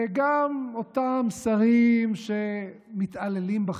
וגם אותם שרים שמתעללים בכם,